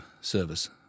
service